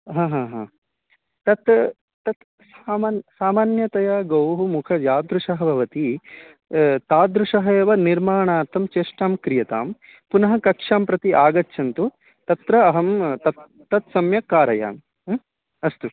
हा हा हा तत् तत् सामान् सामान्यतया गौः मुखं यादृशं भवति तादृशम् एव निर्माणार्थं चेष्टां क्रियतां पुनः कक्षां प्रति आगच्छन्तु तत्र अहं तत् तत् सम्यक् कारयामि ह्म् अस्तु